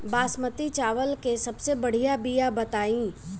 बासमती चावल के सबसे बढ़िया बिया बताई?